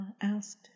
asked